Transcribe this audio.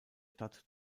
stadt